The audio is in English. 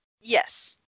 Yes